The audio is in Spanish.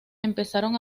empezaron